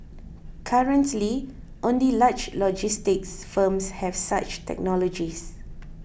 currently only large logistics firms have such technologies